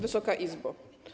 Wysoka Izbo!